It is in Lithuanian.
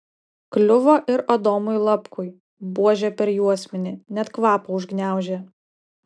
kliuvo ir adomui lapkui buože per juosmenį net kvapą užgniaužė